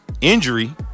injury